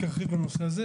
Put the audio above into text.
אני רק ארחיב בנושא הזה,